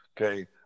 okay